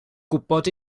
gwybod